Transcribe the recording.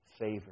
favor